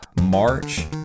March